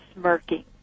smirking